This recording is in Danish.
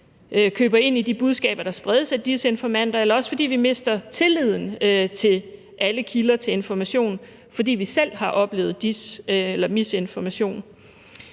køber de budskaber, der spredes af desinformanter, eller også fordi vi mister tilliden til alle kilder til information, fordi vi selv har oplevet des- eller misinformation.